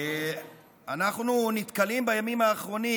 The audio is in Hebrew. אנחנו נתקלים בימים האחרונים,